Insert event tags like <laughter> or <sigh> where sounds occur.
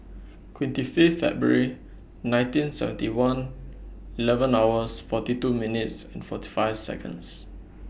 <noise> twenty Fifth February nineteen seventy one eleven hours forty two minutes and forty five Seconds